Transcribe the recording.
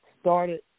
started